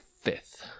fifth